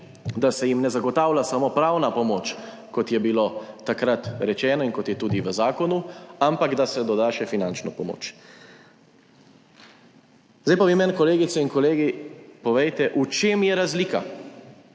da se jim ne zagotavlja samo pravna pomoč, kot je bilo takrat rečeno in kot je tudi v zakonu, ampak da se doda še finančno pomoč. Zdaj pa vi meni, kolegice in kolegi, povejte, v čem je razlika?